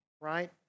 right